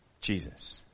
Jesus